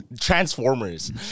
Transformers